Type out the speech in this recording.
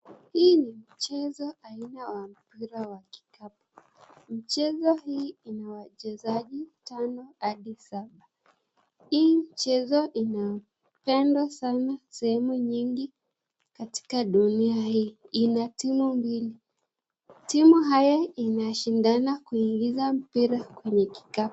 Hii ni mchezo aina ya mpira wa vikapu mchezo hii inawachezaji tano hadi saba, hii mchezo inapendwa sana sehemu nyingi katika dunia hii, ina timu mbili timu haya inashindana kuingiza mpira kwenye kikapu.